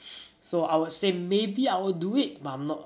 so I would say maybe I will do it but I'm not